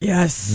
Yes